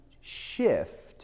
shift